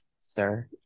sir